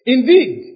Indeed